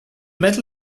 medal